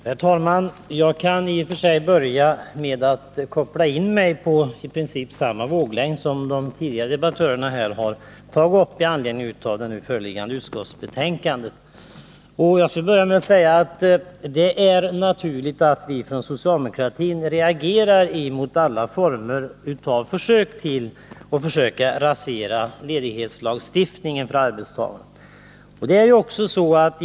Herr talman! Jag kan koppla in mig på samma våglängd som de tidigare debattörerna och börja med att säga att det är naturligt att vi inom socialdemokratin reagerar mot alla försök att rasera lagstiftningen om rätt till ledighet för arbetstagare.